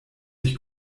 ich